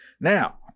Now